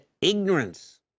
ignorance